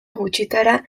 gutxitara